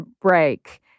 break